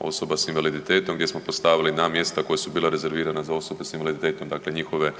osoba s invaliditetom gdje smo postavili na mjesta koja su bila rezervirana za osobe s invaliditetom, dakle njihove